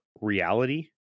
reality